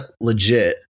legit